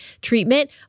treatment